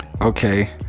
Okay